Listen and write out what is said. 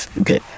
Okay